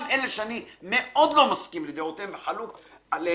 גם אלה שאני מאוד לא מסכים לדעותיהם וחלוק עליהם,